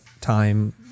time